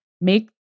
Make